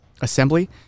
assembly